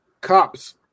Cops